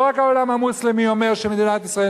לא רק העולם המוסלמי אומר שמדינת ישראל,